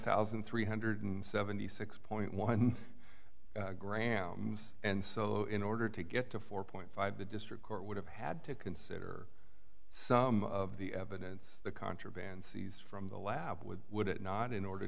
thousand three hundred seventy six point one grams and so in order to get to four point five the district court would have had to consider some of the evidence the contraband seized from the lab would would it not in order